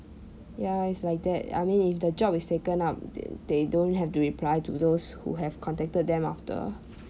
ya it's like that I mean if the job is taken up they they don't have to reply to those who have contacted them after